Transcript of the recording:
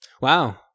Wow